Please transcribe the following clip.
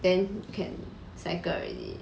then can cycle already